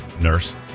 nurse